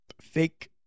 fake